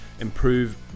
improve